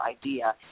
idea